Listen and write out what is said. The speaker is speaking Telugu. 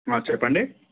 చెప్పండి